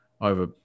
over